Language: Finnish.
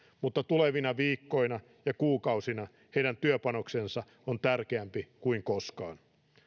mutta tulevina viikkoina ja kuukausina heidän työpanoksensa on tärkeämpi kuin koskaan